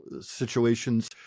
situations